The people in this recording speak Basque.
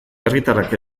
herritarrak